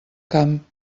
camp